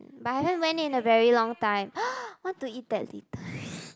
but haven't went in a very long time want to eat that later